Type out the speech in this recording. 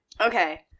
Okay